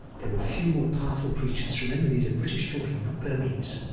there were few more powerful preachers. remember these are british talking, not burmese.